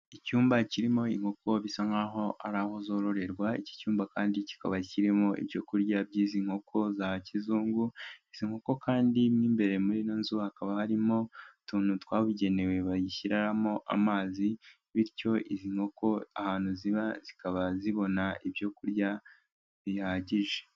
Icyumba kirimo inkoko bisa nk'aho ari aho zororerwa, iki cyumba kandi kikaba kirimo ibyo kurya by'izi nkoko za kizungu, izo nkoko kandi mo imbere muri ino nzu hakaba harimo utuntu twabugenewe bayishyiramo amazi, bityo izi nkoko ahantu ziba zikaba zibona ibyo kurya bihagije.